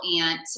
aunt